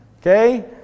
Okay